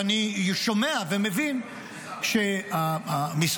אני שומע ומבין שהמשרד,